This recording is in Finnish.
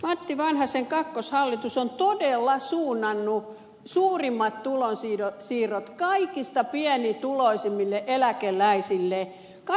matti vanhasen kakkoshallitus on todella suunnannut suurimmat tulonsiirrot kaikista pienituloisimmille eläkeläisille